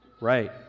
Right